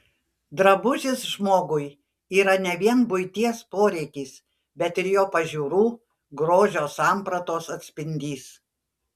drabužis žmogui yra ne vien buities poreikis bet ir jo pažiūrų grožio sampratos atspindys